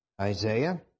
Isaiah